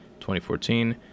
2014